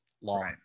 long